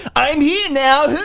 i'm here now!